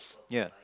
ya